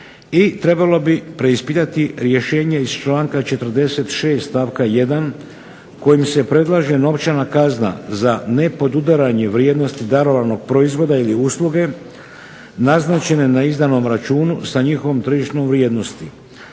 trebalo bi preispitati rješenje iz članka 46. stavka 1. kojim se predlaže novčana kazna za nepodudaranje vrijednosti darovanog proizvoda ili usluge, naznačenog na izdanom računu sa njihovom tržišnom vrijednosti.